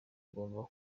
agomba